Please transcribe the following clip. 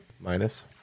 minus